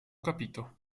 capito